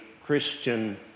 Christian